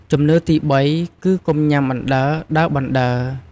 ជំនឿទីបី គឺកុំញ៉ាំបណ្ដើរ ដើរបណ្ដើរ។